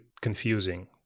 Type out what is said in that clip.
confusing